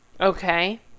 Okay